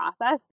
process